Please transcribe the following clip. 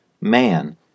man